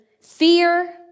fear